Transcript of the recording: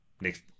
Next